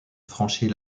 franchit